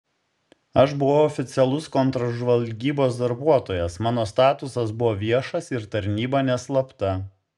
aš buvau oficialus kontržvalgybos darbuotojas mano statusas buvo viešas ir tarnyba neslapta